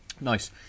Nice